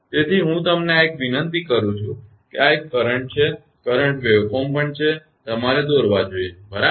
તેથી હું તમને આ એક વિનંતી કરું છું અને આ એક આ કરંટ છે કરંટ વેવફોર્મ પણ છે કે તમારે દોરવા જોઈએ બરાબર